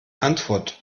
antwort